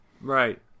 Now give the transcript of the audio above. Right